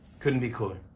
couldn't be cooler.